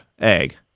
egg